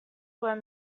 were